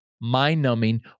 mind-numbing